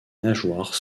nageoires